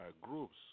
groups